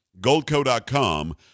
Goldco.com